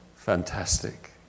fantastic